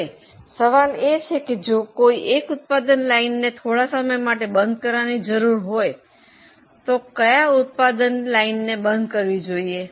હવે સવાલ એ છે કે જો કોઈ એક ઉત્પાદન લાઇનને થોડા સમય માટે બંધ કરવાની જરૂર હોય તો કઇ ઉત્પાદન લાઇનને બંધ કરવી જોઈએ